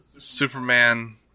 Superman